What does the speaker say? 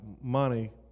money